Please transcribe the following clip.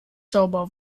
sauber